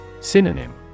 Synonym